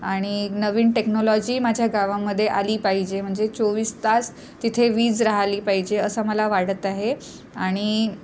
आणि नवीन टेक्नॉलॉजी माझ्या गावामध्ये आली पाहिजे म्हणजे चोवीस तास तिथे वीज राहिली पाहिजे असं मला वाटत आहे आणि